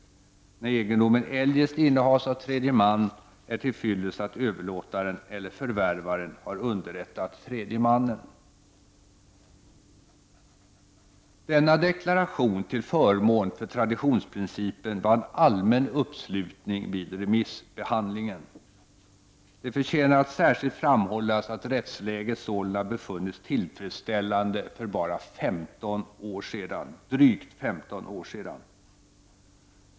När egendomen eljest innehas av tredje man, är tillfyllest att överlåtaren eller förvärvaren har underrättat tredje mannen.” Denna deklaration till förmån för traditionsprincipen vann allmän anslutning vid remissbehandlingen. Det förtjänar att särskilt framhållas att rättsläget sålunda befunnits tillfredsställande för bara drygt 15 år sedan.